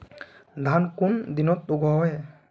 धान कुन दिनोत उगैहे